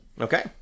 Okay